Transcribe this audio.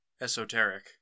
esoteric